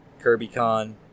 KirbyCon